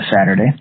Saturday